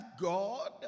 God